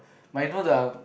but you know the